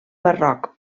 barroc